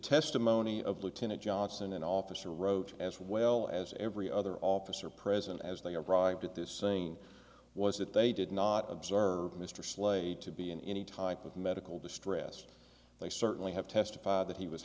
testimony of lieutenant johnson and officer roach as well as every other officer present as they arrived at this saying was that they did not observe mr slade to be in any type of medical distress they certainly have testified that he was